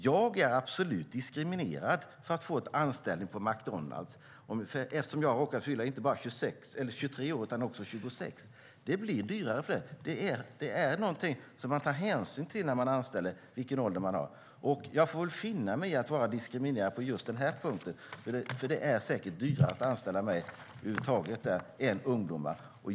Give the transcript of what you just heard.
Jag är absolut diskriminerad för att få en anställning på McDonalds eftersom jag råkat fylla inte bara 23 utan också 26. Det blir dyrare att anställa mig, och åldern är någonting som man tar hänsyn till när man anställer. Jag får väl finna mig i att vara diskriminerad på just den här punkten. Det är säkert dyrare att anställa mig över huvud taget än ungdomar.